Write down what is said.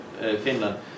Finland